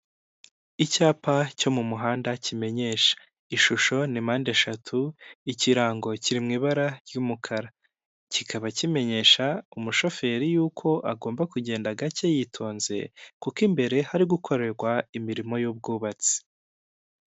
Icyapa cyo mu muhanda kimenyesha, ishusho ni mpande eshatu ikirango kiri mu ibara ry'umukara, kikaba kimenyesha umushoferi yuko agomba kugenda gake yitonze kuko imbere hari gukorerwa imirimo y'ubwubatsi.